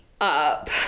up